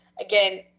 again